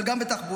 אבל גם בתחבורה,